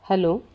hello